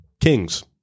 Kings